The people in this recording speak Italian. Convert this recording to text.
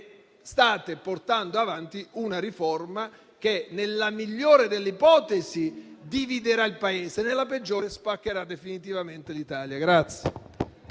state portando avanti una riforma che, nella migliore delle ipotesi, dividerà il Paese e nella peggiore lo spaccherà definitivamente.